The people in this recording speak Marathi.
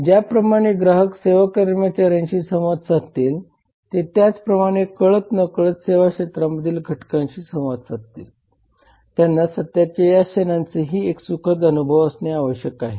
ज्याप्रमाणे ग्राहक सेवा कर्मचार्यांशी संवाद साधतील ते त्याचप्रमाणे कळत न कळत सेवा क्षेत्रामधील घटकांशी संवाद साधतील त्यांना सत्याच्या या क्षणांचाही एक सुखद अनुभव असणे आवश्यक आहे